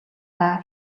даа